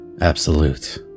absolute